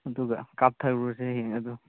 ꯑꯗꯨꯒ ꯀꯥꯞꯊꯔꯨꯔꯁꯦ ꯍꯌꯦꯡ ꯑꯗꯨꯝ